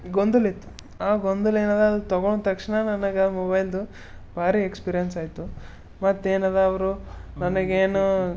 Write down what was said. ಗೊಂದಲಿತ್ತು ಆ ಗೊಂದಲ ಏನದ ಅದನ್ನ ತೊಗೊಂಡ ತಕ್ಷಣ ನನಗೆ ಮೊಬೈಲ್ದು ಭಾರಿ ಎಕ್ಸ್ಪೀರಿಯನ್ಸಾಯಿತು ಮತ್ತೇನದ ಅವರು ನನಗೇನು